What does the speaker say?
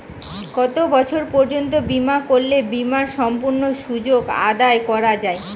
কত বছর পর্যন্ত বিমা করলে বিমার সম্পূর্ণ সুযোগ আদায় করা য়ায়?